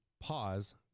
pause